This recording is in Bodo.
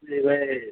देबाइ